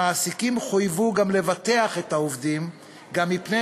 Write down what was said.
המעסיקים גם חויבו לבטח את העובדים מפני